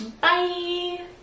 bye